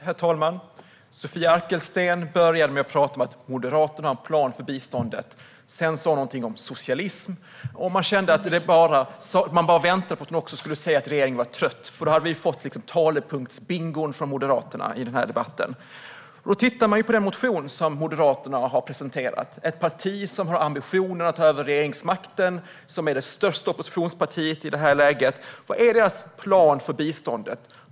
Herr talman! Sofia Arkelsten började med att prata om att Moderaterna har en plan för biståndet. Sedan sa hon någonting om socialism, och jag väntade bara på att hon också skulle säga att regeringen var trött, för då hade vi fått talepunktsbingo från Moderaterna i den här debatten. Låt oss titta på den motion som Moderaterna har presenterat. Detta är ett parti som har ambitioner att ta över regeringsmakten och som är det största oppositionspartiet just nu. Vilken är deras plan för biståndet?